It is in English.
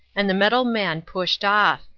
and the metal man pushed off,